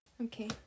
okay